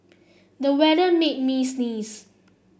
the weather made me sneeze